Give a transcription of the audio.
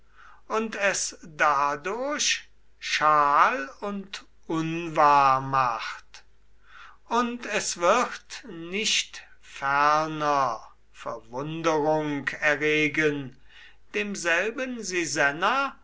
und es dadurch schal und unwahr macht und es wird nicht ferner verwunderung erregen demselben sisenna